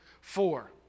four